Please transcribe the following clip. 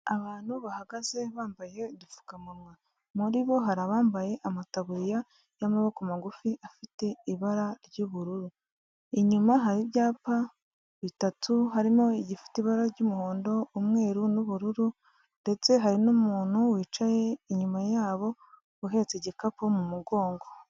Abantu bahagaze bambaye udupfukamunwa muri bo hari abambaye amataburiya y'amaboko magufi afite ibara ry'ubururu, inyuma hari ibyapa bitatu harimo igifite ibara ry'umuhondo, umweru n'ubururu ndetse hari n'umuntu wicaye inyuma yabo uhetse igikapu mu mugongo.